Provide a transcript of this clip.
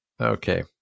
Okay